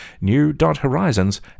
New.horizons